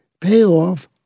payoff